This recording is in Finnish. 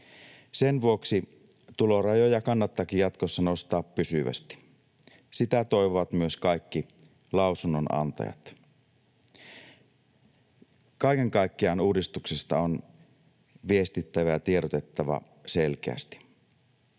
Sen vuoksi tulorajoja kannattaakin jatkossa nostaa pysyvästi. Sitä toivovat myös kaikki lausunnonantajat. Kaiken kaikkiaan uudistuksesta on viestittävä ja tiedotettava selkeästi.